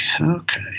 okay